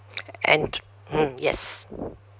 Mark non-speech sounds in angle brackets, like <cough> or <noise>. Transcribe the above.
<noise> and t~ mm yes